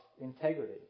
integrity